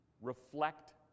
reflect